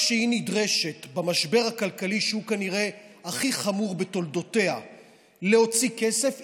כשהיא נדרשת במשבר הכלכלי שהוא כנראה הכי חמור בתולדותיה להוציא כסף,